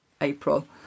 April